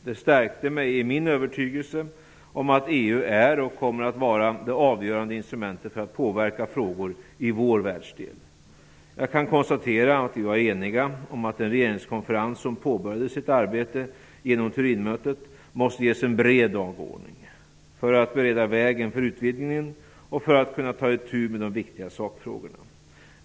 Det stärkte mig i min övertygelse om att EU är, och kommer att vara, det avgörande instrumentet för att påverka frågor i vår världsdel. Jag kan konstatera att vi var eniga om att den regeringskonferens som påbörjade sitt arbete genom Turinmötet måste ges en bred dagordning för att bereda väg för utvidgningen och för att kunna ta itu med de viktiga sakfrågorna.